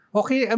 okay